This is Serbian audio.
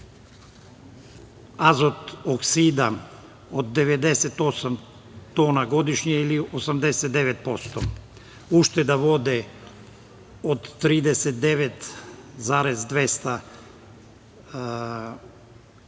azot-oksida od 98 tona godišnje ili 89%. Ušteda vode od 39,200